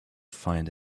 find